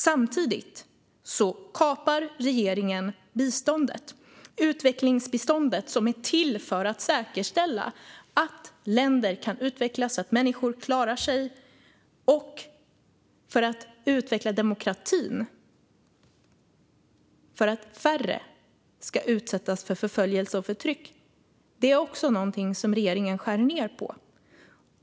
Samtidigt kapar regeringen utvecklingsbiståndet, som är till för att säkerställa att länder kan utvecklas så att människor klarar sig och för att utveckla demokratin så att färre ska utsättas för förföljelse och förtryck. Detta är också något som regeringen skär ned på.